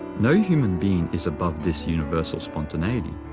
no human being is above this universal spontaneity.